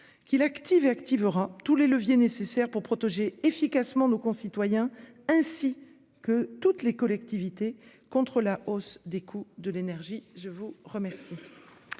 qu'il active activera tous les leviers nécessaires pour protéger efficacement nos concitoyens ainsi que toutes les collectivités, contre la hausse des coûts de l'énergie. Je vous remercie.--